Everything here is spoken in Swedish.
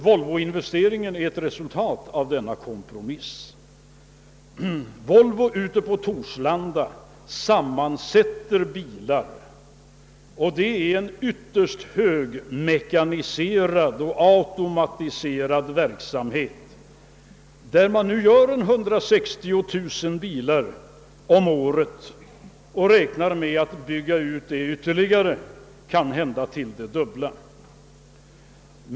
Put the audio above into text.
Volvoinvesteringen är ett resultat av denna kompromiss. Volvo ute på Torslanda sammansätter bilar, vilket är en ytterst högmekaniserad och automatiserad verksamhet. Man sör där 160 000 bilar om året och räknar med att bygga ut det ytterligare, kanske till det dubbla.